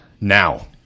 now